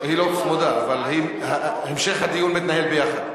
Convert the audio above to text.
היא לא צמודה, אבל המשך הדיון מתנהל ביחד.